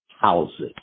houses